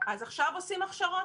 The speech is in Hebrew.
אז עכשיו עושים הכשרות?